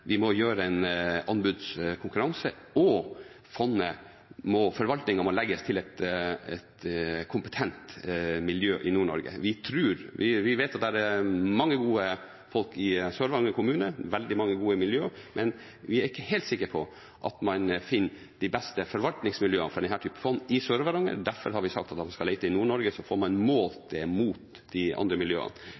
vi må ha en anbudskonkurranse, og forvaltningen må legges til et kompetent miljø i Nord-Norge. Vi vet at det er mange gode folk i Sør-Varanger kommune og veldig mange gode miljøer, men vi er ikke helt sikker på at man finner de beste forvaltningsmiljøene for denne type fond i Sør-Varanger. Derfor har vi sagt at man skal lete i Nord-Norge, så får man målt det mot de andre miljøene.